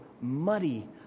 muddy